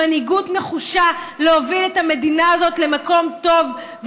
מנהיגות הנחושה להוביל את המדינה הזאת למקום טוב,